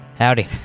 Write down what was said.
Howdy